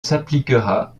s’appliquera